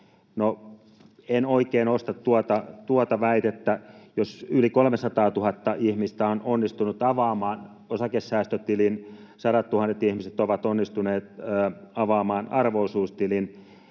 en oikein osta tuota väitettä. Jos yli 300 000 ihmistä on onnistunut avaamaan osakesäästötilin, sadattuhannet ihmiset ovat onnistuneet avaamaan arvo-osuustilin,